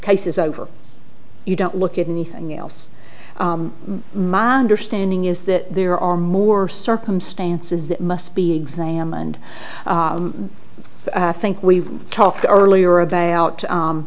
cases over you don't look at anything else my understanding is that there are more circumstances that must be examined i think we talked earlier about